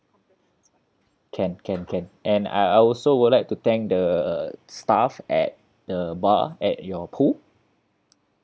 can can can and I uh also would like to thank the staff at the bar at your pool